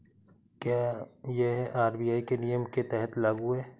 क्या यह आर.बी.आई के नियम के तहत लागू है?